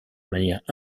manière